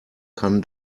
kann